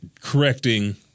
Correcting